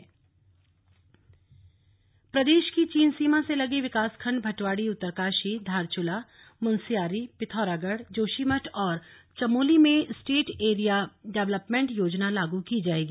हर्षिल सेब फेस्टिवल प्रदेश की चीन सीमा से लगे विकासखण्ड भटवाड़ी उत्तरकाशी धारचूला मुनस्यारी पिथौरागढ़ जोशीमठ और चमोली में स्टेट एरिया डेवलपमेंट योजना लागू की जाएगी